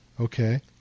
Okay